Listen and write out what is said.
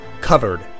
covered